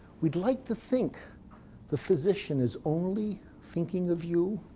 we'd like to think the physician is only thinking of you.